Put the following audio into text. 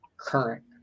current